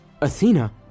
Athena